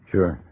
Sure